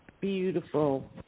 Beautiful